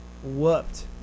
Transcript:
Whooped